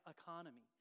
economy